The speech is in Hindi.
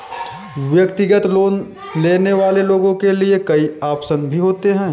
व्यक्तिगत लोन लेने वाले लोगों के लिये कई आप्शन भी होते हैं